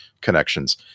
connections